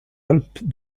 alpes